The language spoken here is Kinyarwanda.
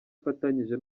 ifatanyije